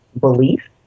belief